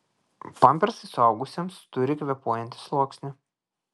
pampersai suaugusiems turi kvėpuojantį sluoksnį